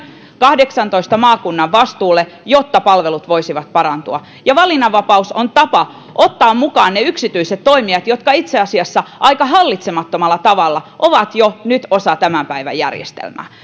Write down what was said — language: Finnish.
kahdeksantoista maakunnan vastuulle jotta palvelut voisivat parantua ja valinnanvapaus on tapa ottaa mukaan ne yksityiset toimijat jotka itse asiassa aika hallitsemattomalla tavalla ovat jo nyt osa tämän päivän järjestelmää